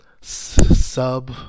sub